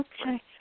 Okay